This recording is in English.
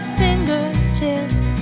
fingertips